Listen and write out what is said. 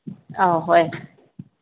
ꯑꯥꯎ ꯍꯣꯏ